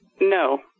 No